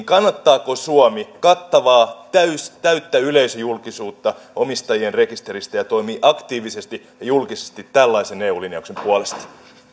kannattaako suomi kattavaa täyttä täyttä yleisöjulkisuutta omistajien rekisteristä ja toimii aktiivisesti ja julkisesti tällaisen eu linjauksen puolesta